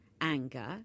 anger